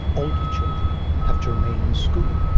older children have to remain in school.